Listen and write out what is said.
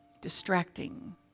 distracting